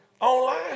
online